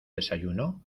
desayuno